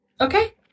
okay